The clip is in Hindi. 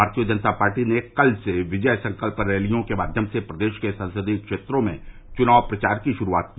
भारतीय जनता पार्टी ने कल से विजय संकल्प रैलियों के माध्यम से प्रदेश के संसदीय क्षेत्रों में चुनाव प्रचार की शुरूआत की